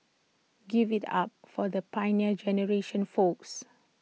give IT up for the Pioneer Generation folks